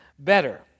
Better